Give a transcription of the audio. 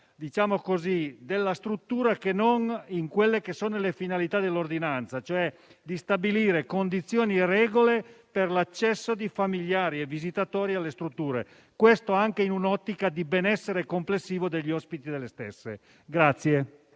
più a tutela della struttura che non sulle finalità dell'ordinanza, e cioè stabilire condizioni e regole per l'accesso di familiari e visitatori alle strutture. Questo anche in un'ottica di benessere complessivo degli ospiti delle stesse.